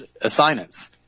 assignments